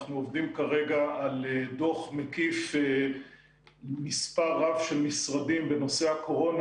אנחנו עובדים כרגע על דוח מקיף של מספר רב של משרדים בנושא הקורונה,